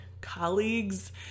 colleagues